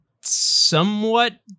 somewhat